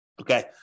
Okay